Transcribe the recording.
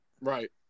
Right